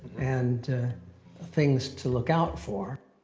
and things to look out for.